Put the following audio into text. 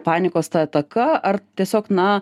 panikos ataka ar tiesiog na